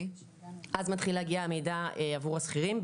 אז מתחיל להגיע המידע עבור השכירים,